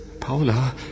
Paula